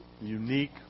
unique